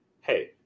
hey